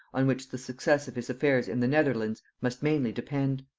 on which the success of his affairs in the netherlands must mainly depend.